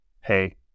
Hey